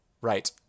Right